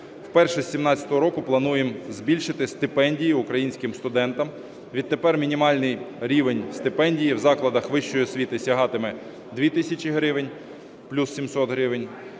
Вперше з 17-го року плануємо збільшити стипендії українським студентам. Відтепер мінімальний рівень стипендії в закладах вищої освіти сягатиме 2 тисячі гривень (плюс 700 гривень),